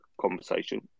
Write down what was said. conversation